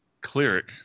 cleric